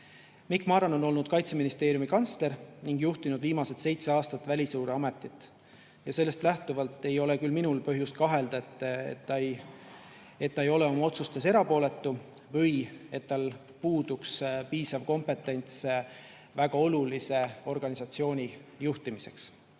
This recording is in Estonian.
Mikk Marran on olnud Kaitseministeeriumi kantsler ning juhtinud viimased seitse aastat Välisluureametit. Ja sellest lähtuvalt ei ole küll minul põhjust kahelda, et ta ei ole oma otsustes erapooletu või et tal puuduks piisav kompetents väga olulise organisatsiooni juhtimiseks.